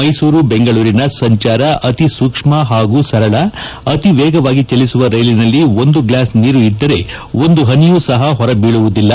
ಮೈಸೂರು ಬೆಂಗಳೂರಿನ ಸಂಚಾರ ಅತಿ ಸೂಕ್ಷ್ಣ ಹಾಗೂ ಸರಳ ಅತಿ ವೇಗವಾಗಿ ಚಲಿಸುವ ರೈಲಿನಲ್ಲಿ ಒಂದು ಗ್ಲಾಸ್ ನೀರು ಇಟ್ಟರೆ ಒಂದು ಪನಿಯೂ ಸಪ ಹೊರಬೀಳುವುದಿಲ್ಲ